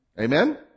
Amen